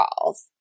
calls